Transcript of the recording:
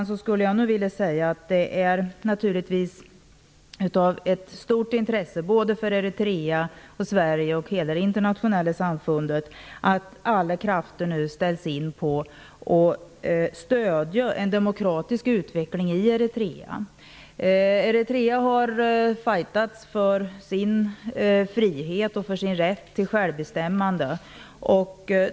Dessutom skulle jag vilja säga att det är av stort intresse såväl för Eritrea och Sverige som för hela det internationella samfundet att alla krafter sätts in för att stödja en demokratisk utveckling i Eritrea. Eritrea har fajtats för sin frihet och för sin rätt till självbestämmande.